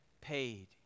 paid